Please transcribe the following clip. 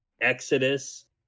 Exodus